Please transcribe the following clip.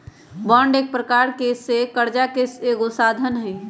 bond एक प्रकार से करजा के एगो साधन हइ